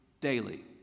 daily